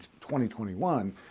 2021